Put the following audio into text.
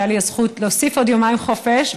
והייתה לי הזכות להוסיף עוד יומיים חופש,